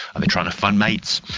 are they trying to find mates?